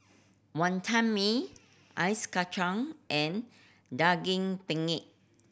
Wonton Mee ice kacang and Daging Penyet